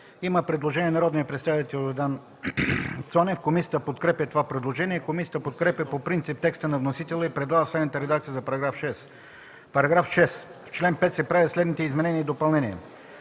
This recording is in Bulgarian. има предложение на народния представител Йордан Цонев. Комисията подкрепя предложението. Комисията подкрепя по принцип текста на вносителя и предлага следната редакция за § 58: „§ 58. В чл. 92д се правят следните изменения и допълнения: